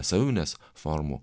savimonės formų